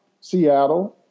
Seattle